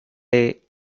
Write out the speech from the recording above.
day